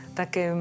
také